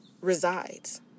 resides